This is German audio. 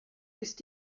ist